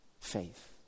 faith